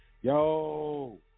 yo